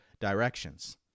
directions